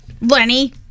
Lenny